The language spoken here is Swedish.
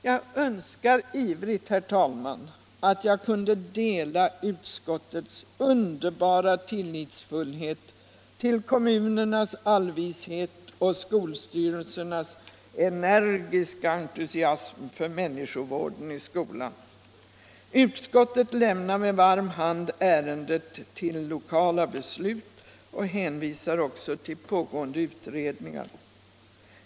Jag önskar ivrigt, herr talman, att jag kunde dela utskottets underbara tillitsfullhet till kommunernas allvishet och skolstyrelsernas energiska entusiasm för människovården i skolan. Utskottet lämnar med varm hand ärendet till lokala beslut och hänvisar också till pågående utredningar.